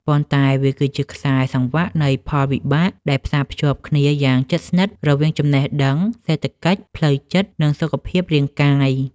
ប៉ុន្តែវាគឺជាខ្សែសង្វាក់នៃផលវិបាកដែលផ្សារភ្ជាប់គ្នាយ៉ាងជិតស្និទ្ធរវាងចំណេះដឹង សេដ្ឋកិច្ច ផ្លូវចិត្ត និងសុខភាពរាងកាយ។